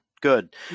good